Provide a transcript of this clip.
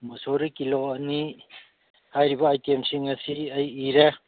ꯃꯣꯁꯣꯔꯤ kilo ꯑꯅꯤ ꯍꯥꯏꯔꯤꯕ ꯑꯥꯏꯇꯦꯝꯁꯤꯡ ꯑꯁꯤ ꯑꯩ ꯏꯔꯦ